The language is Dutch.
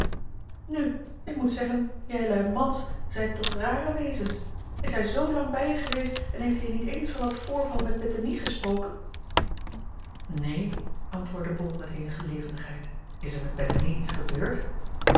u ik moet zeggen jijlui mans zijt toch rare wezens s hij zoo lang bij je geweest en heeft hij je niet eens van dat voorval met ettemie gesproken een antwoordde ol met eenige levendigheid is er met ettemie iets gebeurd